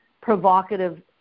provocative